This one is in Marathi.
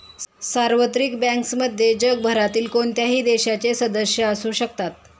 सार्वत्रिक बँक्समध्ये जगभरातील कोणत्याही देशाचे सदस्य असू शकतात